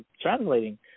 translating